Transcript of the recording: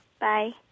Bye